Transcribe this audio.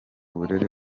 burere